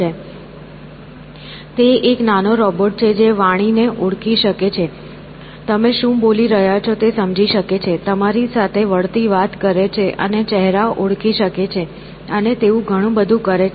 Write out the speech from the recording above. તે એક નાનો રોબોટ છે જે વાણી ને ઓળખી શકે છે તમે શું બોલી રહ્યા છો તે સમજી શકે છે તમારી સાથે વળતી વાત કરે છે અને ચહેરા ઓળખી શકે છે અને તેવું ઘણું બધું કરે છે